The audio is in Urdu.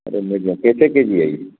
ارے کیسے کے جی ہے یہ